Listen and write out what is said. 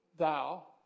Thou